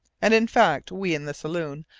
and in fact we in the saloon,